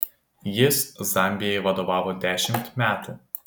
jis zambijai vadovavo dešimt metų